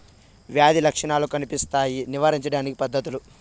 వ్యాధి లక్షణాలు కనిపిస్తాయి నివారించడానికి పద్ధతులు?